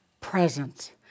presence